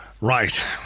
Right